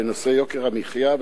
בנושא יוקר המחיה,